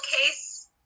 case